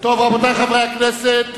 רבותי חברי הכנסת,